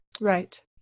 Right